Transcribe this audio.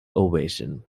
ovation